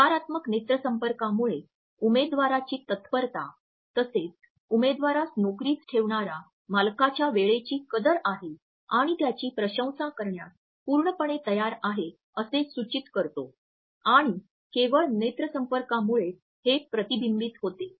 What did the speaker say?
सकारात्मक नेत्रसंपर्कामुळे उमेदवाराची तत्परता तसेच उमेदवारास नोकरीस ठेवणारा मालकाच्या वेळेची कदर आहे आणि त्याची प्रशंसा करण्यास पूर्णपणे तयार आहे असे सूचित करतो आणि केवळ नेत्र संपर्कामुळेच हे प्रतिबिंबित होते